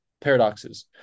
paradoxes